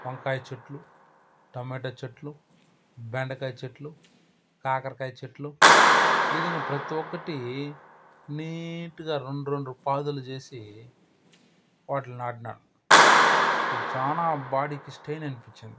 వంకాయ చెట్లు టమేటా చెట్లు బెండకాయ చెట్లు కాకరకాయ చెట్లు ఈ విధంగా ప్రతి ఒక్కటీ నీట్గా రెండు రెండు పాదులు చేసి వాటిల్ని నాటినాను ఇది చాలా బాడీకి స్టెయిన్ అనిపించింది